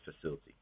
facility